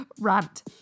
rant